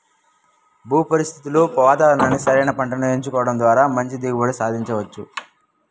భూ పరిస్థితులు వాతావరణానికి సరైన పంటను ఎంచుకోవడం ద్వారా మంచి దిగుబడిని సాధించవచ్చు